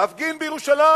להפגין בירושלים.